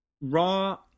raw